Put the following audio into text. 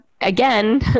again